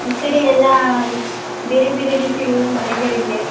ಈ ಕಡೆ ಎಲ್ಲ ಬೇರೆ ಬೇರೆ ರೀತಿಯಲ್ಲೆಲ್ಲ ಮರಗಳಿವೆ